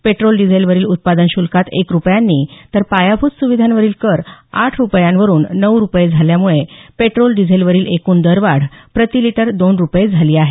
petrol डिझेलवरील उत्पादन श्र्ल्कात एक रुपयांनी तर पायाभूत सुविधांवरील कर आठ रुपयांवरुन नऊ रुपये झाल्यामुळे पेट्रोल डिझेलवरील एकूण दरवाढ प्रतिलिटर दोन रुपये झाली आहे